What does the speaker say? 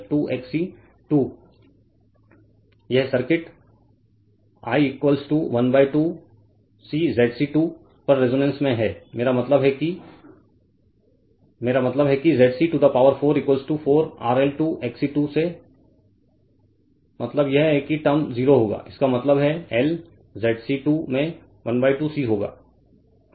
Refer Slide Time 0931 यह circuit l 12 C ZC 2 पर resonance में है मेरा मतलब है कि ZC to the power 4 4 RL 2 XC2 से मतलब यह है कि टर्म 0 होगा इसका मतलब है L ZC 2 में 12 C होगा